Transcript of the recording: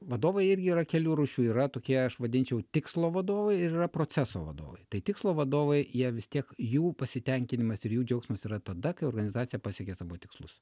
vadovai irgi yra kelių rūšių yra tokie aš vadinčiau tikslo vadovai ir yra proceso vadovai tai tikslo vadovai jie vis tiek jų pasitenkinimas ir jų džiaugsmas yra tada kai organizacija pasiekia savo tikslus